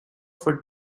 for